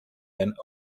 end